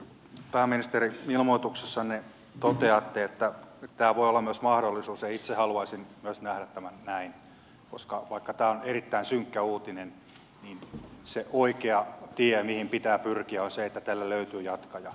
pääministeri ilmoituksessanne toteatte että tämä voi olla myös mahdollisuus ja itse haluaisin myös nähdä tämän näin koska vaikka tämä on erittäin synkkä uutinen niin se oikea tie mihin pitää pyrkiä on se että tälle löytyy jatkaja